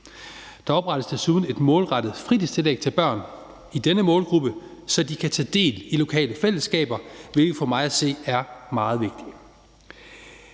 Der oprettes desuden et målrettet fritidstillæg til børn i denne målgruppe, så de kan tage del i lokale fællesskaber, hvilket for mig at se er meget vigtigt.